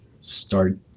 start